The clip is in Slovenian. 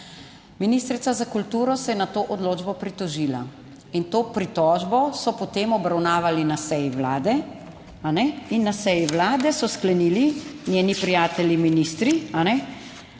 Ministrica za kulturo se je na to odločbo pritožila in to pritožbo so potem obravnavali na seji Vlade in na seji vlade, so sklenili njeni prijatelji ministri,